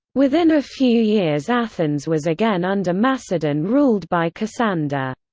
within a few years athens was again under macedon ruled by cassander.